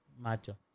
macho